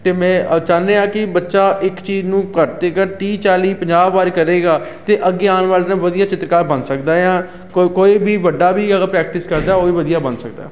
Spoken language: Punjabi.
ਅਤੇ ਮੈਂ ਚਾਹੁੰਦੇ ਹਾਂ ਕਿ ਬੱਚਾ ਇੱਕ ਚੀਜ਼ ਨੂੰ ਘੱਟ ਤੋਂ ਘੱਟ ਤੀਹ ਚਾਲ੍ਹੀ ਪੰਜਾਹ ਵਾਰ ਕਰੇਗਾ ਤਾਂ ਅੱਗੇ ਆਉਣ ਵਾਲੇ ਤਾਂ ਵਧੀਆ ਚਿੱਤਰਕਾਰ ਬਣ ਸਕਦਾ ਆ ਕੋਈ ਵੀ ਵੱਡਾ ਵੀ ਅਗਰ ਪ੍ਰੈਕਟਿਸ ਕਰਦਾ ਉਹ ਵੀ ਵਧੀਆ ਬਣ ਸਕਦਾ